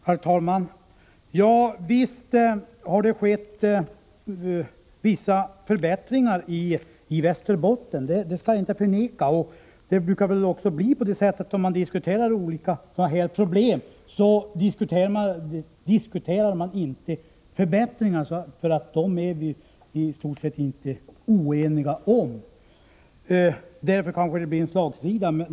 Herr talman! Visst har det skett vissa förbättringar i Västerbotten. Det skall jag inte förneka. Men när man diskuterar sådana här problem, brukar man inte tala om de förbättringar som har gjorts. Dem är vi ju i stort sett inte oeniga om. Därför kanske det blir en slagsida.